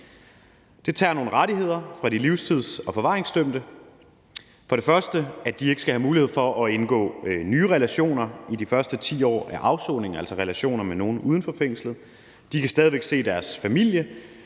Det tager nogle rettigheder fra de livstids- og forvaringsdømte. For det første skal de ikke have mulighed for at indgå nye relationer i de første 10 år af afsoningen, altså relationer med nogen uden for fængslet. De kan stadig væk se deres familie,